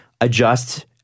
adjust